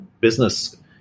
business